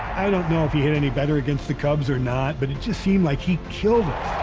i don't know if he hit any better against the cubs or not, but it just seemed like he killed